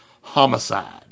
homicide